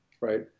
Right